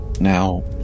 now